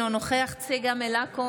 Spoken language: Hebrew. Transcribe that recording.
אינו נוכח צגה מלקו,